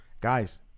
guys